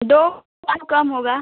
दो पाँच कम होगा